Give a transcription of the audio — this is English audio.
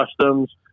Customs